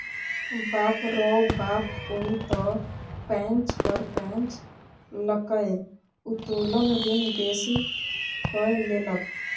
बाप रौ बाप ओ त पैंच पर पैंच लकए उत्तोलन ऋण बेसी कए लेलक